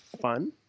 fun